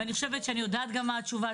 ואני חושבת שאני גם יודעת מה התשובה.